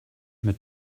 mit